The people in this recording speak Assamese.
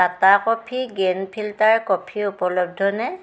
Tata coffee grand filter coffee উপলব্ধ নে